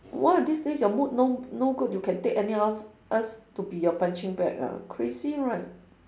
one of these days your mood no no good you can take any of us to be your punching bag ah crazy right